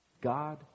God